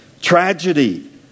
tragedy